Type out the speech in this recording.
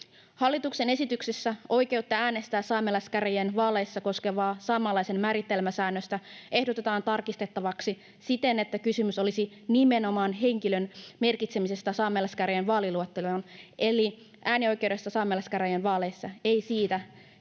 Hallituksen esityksessä oikeutta äänestää saamelaiskäräjien vaaleissa koskevaa saamelaisen määritelmäsäännöstä ehdotetaan tarkistettavaksi siten, että kysymys olisi nimenomaan henkilön merkitsemisestä saamelaiskäräjien vaaliluetteloon eli äänioikeudesta saamelaiskäräjien vaaleissa, ei siitä, keitä